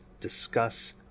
discuss